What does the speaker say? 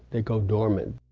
they go dormant.